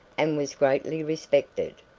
and was greatly respected.